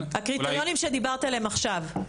הקריטריונים שדיברת עליהם עכשיו?